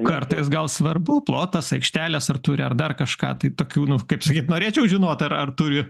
kartais gal svarbu plotas aikštelės ar turi ar dar kažką tai tokių nu kaip sakyt norėčiau žinot ar ar turi